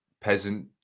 peasant